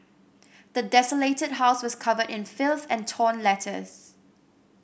the desolated house was covered in filth and torn letters